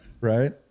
right